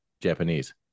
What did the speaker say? Japanese